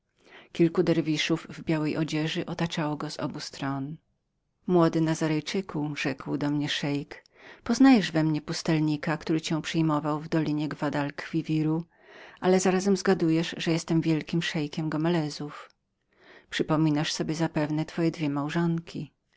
kilku derwiszów w białej odzieży z obu stron go otaczało młody nazarejczyku rzekł do mnie szeik poznajesz we mnie pustelnika który cię przyjmował w dolinie guad al quiviru ale zarazem zgadujesz że jestem wielkim szeikiem gomelezów przypominasz sobie zapewne twoje dwie małżonki